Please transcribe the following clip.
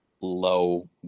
low